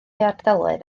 ardaloedd